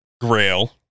grail